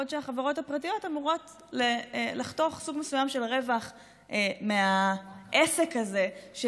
בעוד החברות הפרטיות אמורות לחתוך סוג מסוים של רווח מהעסק הזה של